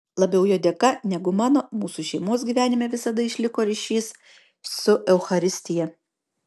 labiau jo dėka negu mano mūsų šeimos gyvenime visada išliko ryšys su eucharistija